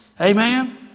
Amen